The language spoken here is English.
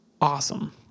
awesome